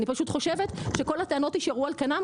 אני פשוט חושבת שכל הטענות יישארו על כנם,